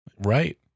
Right